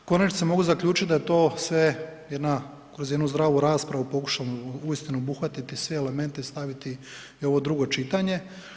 U konačnici mogu zaključiti da je to sve jedna, kroz jednu zdravu raspravu pokušamo uvesti, obuhvatiti sve elemente, staviti u ovo drugo čitanje.